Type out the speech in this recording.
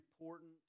important